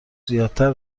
زیادتر